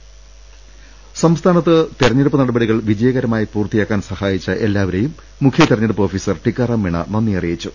രദ്ദേഷ്ടങ സംസ്ഥാനത്ത് തെരഞ്ഞെടുപ്പ് നടപടികൾ വിജയകരമായി പൂർത്തിയാ ക്കാൻ സഹായിച്ച എല്ലാവരെയും മുഖ്യ തെരഞ്ഞെടുപ്പ് ഓഫീസർ ടിക്കാറാം മീണ നന്ദി അറിയിച്ചു